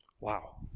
Wow